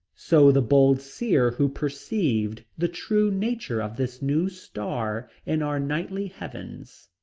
so the bold seer who perceived the true nature of this new star in our nightly heavens,